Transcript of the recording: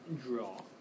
draw